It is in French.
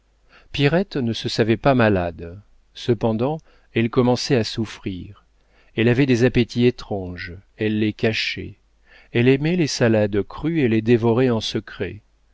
ne se savait pas malade cependant elle commençait à souffrir elle avait des appétits étranges elle les cachait elle aimait les salades crues et les dévorait en secret